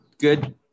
good